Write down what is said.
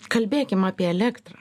kalbėkim apie elektrą